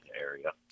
area